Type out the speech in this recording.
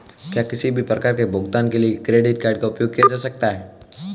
क्या किसी भी प्रकार के भुगतान के लिए क्रेडिट कार्ड का उपयोग किया जा सकता है?